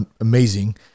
amazing